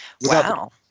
Wow